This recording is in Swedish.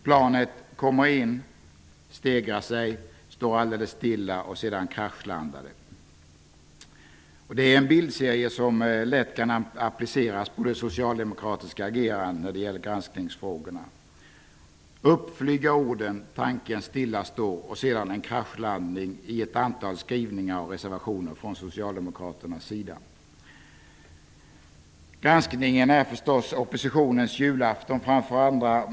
Planet kommer in, stegrar sig och står alldeles stilla, och sedan kraschlandar det. Det är en bildserie som lätt kan appliceras på det socialdemokratiska agerandet när det gäller granskningsfrågorna. ''Upp flyga orden, tanken stilla står'', och sedan en kraschlandning i ett antal skrivningar och reservationer från Granskningen är förstås oppositionens julafton framför andra.